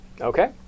Okay